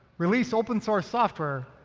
release open source software,